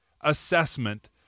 assessment